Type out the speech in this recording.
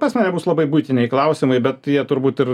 pas mane bus labai buitiniai klausimai bet jie turbūt ir